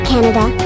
Canada